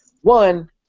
One